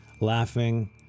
laughing